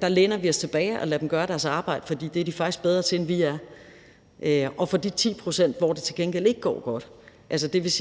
godt, læner vi os tilbage og lader dem gøre deres arbejde, for det er de faktisk bedre til, end vi er, og når det gælder de 10 pct., hvor det til gengæld ikke går godt –